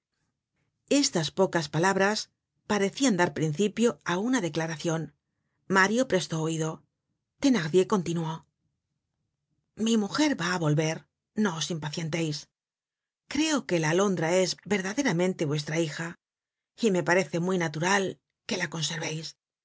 estas pocas palabras parecian dar principio á una declaracion mario prestó oido thenardier continuó mi mujer va á volver no os impacienteis creo que la alondra es verdaderamente vuestra hija y me parece muy natural que la conserveis